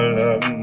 love